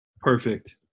Perfect